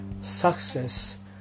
success